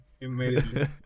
immediately